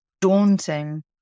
daunting